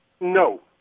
No